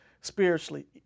spiritually